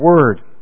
Word